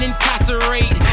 Incarcerate